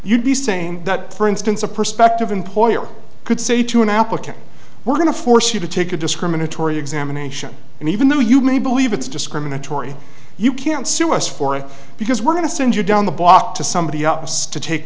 same that for instance a prospective employer could say to an applicant we're going to force you to take a discriminatory examination and even though you may believe it's discriminatory you can't sue us for it because we're going to send you down the block to somebody up to take